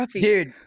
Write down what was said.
dude